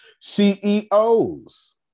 CEOs